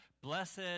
blessed